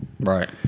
Right